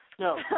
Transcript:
No